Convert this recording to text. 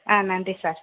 ஆ நன்றி சார்